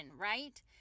right